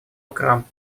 акрам